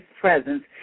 presence